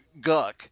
guck